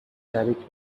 شریک